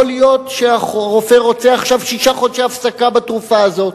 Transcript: יכול להיות שהרופא רוצה עכשיו שישה חודשי הפסקה בתרופה הזאת.